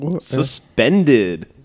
Suspended